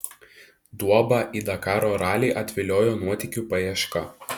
duobą į dakaro ralį atviliojo nuotykių paieška